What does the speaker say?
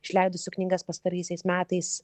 išleidusių knygas pastaraisiais metais